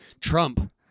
Trump